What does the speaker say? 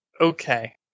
Okay